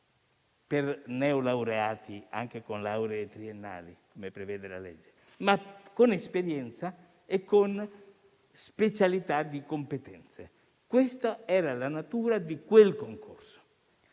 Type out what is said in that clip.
per neolaureati anche con lauree triennali (come prevede la legge), ma per persone con esperienza e con specialità di competenze. Questa era la natura di quel concorso.